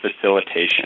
Facilitation